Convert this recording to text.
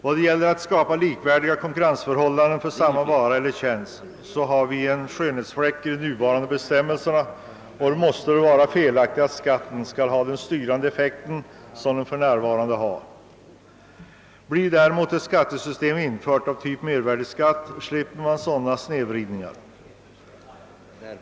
Då det gäller att skapa likvärdiga konkurrensförhållanden för samma vara eller tjänst är de nuvarande bestämmelserna en skönhetsfläck. Det måste väl vara felaktigt att skatten har den styrande effekt som den för närvarande har. Införs ett skattesystem av typ mervärdeskatt slipper man sådana snedvridningar.